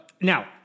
now